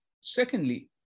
Secondly